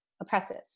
oppressive